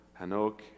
Hanok